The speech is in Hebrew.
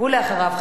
ולאחריו,